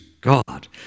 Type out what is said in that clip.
God